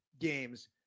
games